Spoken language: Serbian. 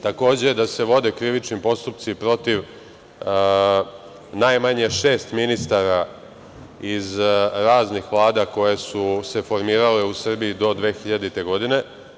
Takođe, da se vode krivični postupci protiv najmanje šest ministara iz raznih Vlada, koje su se formirale u Srbiji do 2000. godine.